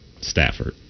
Stafford